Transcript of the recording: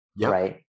right